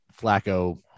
Flacco